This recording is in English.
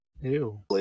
ew